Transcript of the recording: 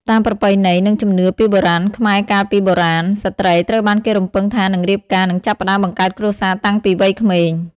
តាមប្រពៃណី និងជំនឿពីបុរាណខ្មែរកាលពីបុរាណ ស្ត្រីត្រូវបានគេរំពឹងថានឹងរៀបការ និងចាប់ផ្ដើមបង្កើតគ្រួសារតាំងពីវ័យក្មេង ។